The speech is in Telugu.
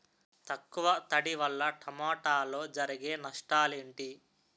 తక్కువ తడి వల్ల టమోటాలో జరిగే నష్టాలేంటి?